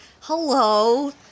hello